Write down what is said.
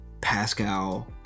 Pascal